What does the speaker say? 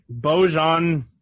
Bojan